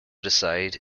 decide